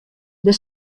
der